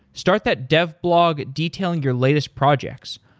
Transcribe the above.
start that dev blog, detailing your latest projects.